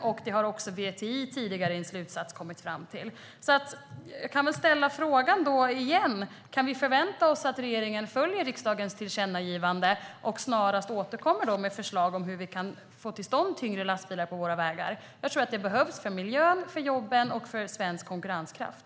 Det har också VTI tidigare kommit fram till. Jag ställer min fråga igen: Kan vi förvänta oss att regeringen följer riksdagens tillkännagivande och snarast återkommer med förslag om hur vi kan få tyngre lastbilar på våra vägar? Jag tror att det behövs för miljön, för jobben och för svensk konkurrenskraft.